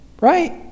right